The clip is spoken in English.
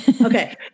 Okay